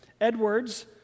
Edwards